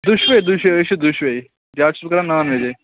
دوشواے دوشواے أسۍ چھِ دۄشواے زیادٕ چھُس نہٕ کھیٚوان نان ویٚجٕے